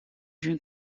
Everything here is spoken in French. d’une